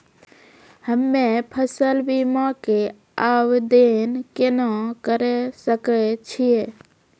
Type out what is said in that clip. हम्मे फसल बीमा के आवदेन केना करे सकय छियै?